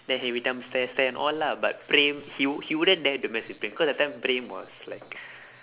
then he every time stare stare and all lah but praem he he wouldn't dare to mess with praem cause that time praem was like